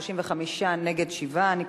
35 בעד, שבעה נגד.